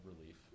relief